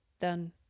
done